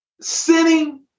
sinning